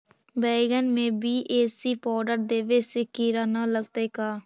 बैगन में BAC powder देबे से किड़ा न लगतै का?